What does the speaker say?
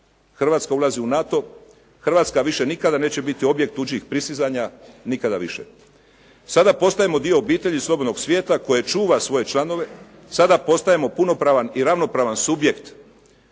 Hrvatska ulazi u NATO, Hrvatska više nikada neće biti objekt tuđih prisizanja nikada više. Sada postajemo dio obitelji slobodnog svijeta koje čuva svoje članove. Sada postajemo punopravan i ravnopravan subjekt